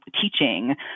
teaching